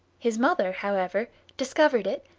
his mother, however, discovered it,